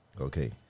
Okay